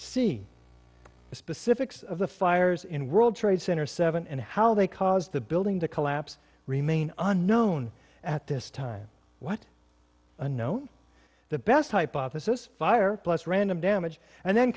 c the specifics of the fires in world trade center seven and how they caused the building to collapse remain unknown at this time what unknown the best hypothesis fire plus random damage and then